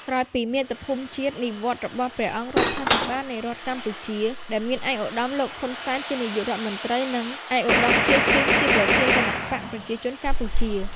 ក្រោយពីមាតុភូមិ និវត្តន៍របស់ព្រះអង្គរដ្ឋាភិបាលនៃរដ្ឋកម្ពុជា ដែលមានឯកឧត្តមលោក ហ៊ុន សែន ជានាយករដ្ឋ មន្រ្តី និង ឯកឧត្តម ជា ស៊ីម ជាប្រធានគណបក្សប្រជាជនកម្ពុជា។